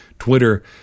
Twitter